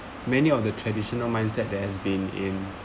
many of the traditional mindset that has been in